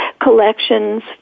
collections